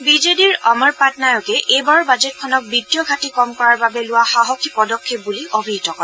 বিজেডিৰ অমৰ পাটনায়কে এইবাৰৰ বাজেটখনক বিত্তীয় ঘাটি কম কৰাৰ বাবে লোৱা সাহসী পদক্ষেপ বুলি অভিহিত কৰে